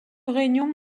réunion